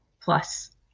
plus